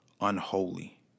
unholy